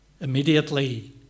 Immediately